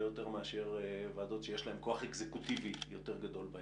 יותר מאשר ועדות שיש להן כוח אקזקוטיבי יותר גדול ביד.